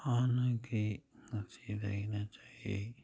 ꯍꯥꯟꯅꯒꯤ ꯉꯁꯤꯗꯒꯤꯅ ꯆꯍꯤ